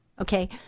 Okay